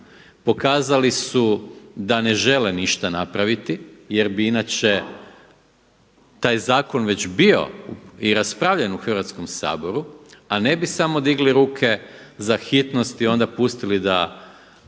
pokazali su da ne žele ništa napraviti jer bi inače taj zakon već bio i raspravljen u Hrvatskom saboru a ne bi samo digli ruke za hitnost i onda pustili da